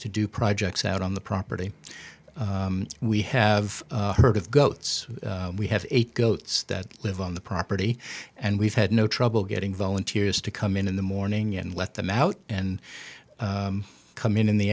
to do projects out on the property we have heard of goats we have eight goats that live on the property and we've had no trouble getting volunteers to come in in the morning and let them out and come in in the